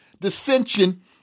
dissension